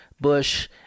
Bush